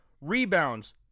rebounds